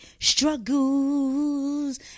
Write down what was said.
struggles